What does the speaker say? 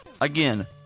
Again